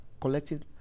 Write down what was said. collecting